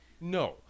No